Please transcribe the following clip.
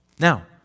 Now